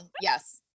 Yes